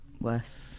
worse